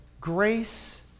Grace